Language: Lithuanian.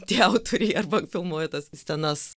tie autoriai arba filmuoja tas scenas